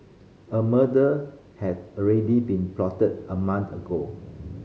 a murder had already been plotted a month ago